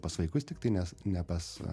pas vaikus tiktai nes ne pas